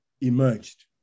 emerged